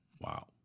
Wow